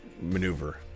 maneuver